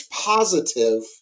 positive